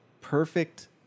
perfect